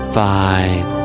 fine